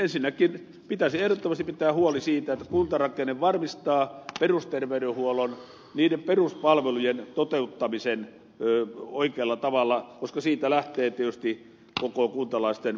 ensinnäkin pitäisi ehdottomasti pitää huoli siitä että kuntarakenne varmistaa perusterveydenhuollon peruspalveluiden toteuttamisen oikealla tavalla koska siitä lähtee tietysti kuntalaisten koko perusturvallisuuskin